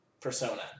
Persona